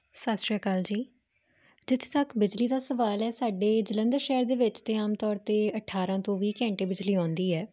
ਸਤਿ ਸ਼੍ਰੀ ਅਕਾਲ ਜੀ ਜਿੱਥੇ ਤੱਕ ਬਿਜਲੀ ਦਾ ਸਵਾਲ ਹੈ ਸਾਡੇ ਜਲੰਧਰ ਸ਼ਹਿਰ ਦੇ ਵਿੱਚ ਤੇ ਆਮ ਤੌਰ ਤੇ ਅਠਾਰਾਂ ਤੋਂ ਵੀਹ ਘੰਟੇ ਬਿਜਲੀ ਆਉਂਦੀ ਹੈ